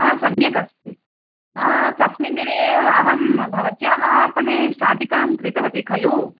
सम्यक् अस्ति तस्मिन्दिने अहं भवत्याः आपणे शाटिकां क्रितवती खलु